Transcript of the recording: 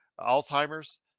Alzheimer's